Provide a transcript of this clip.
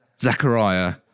Zechariah